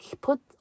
put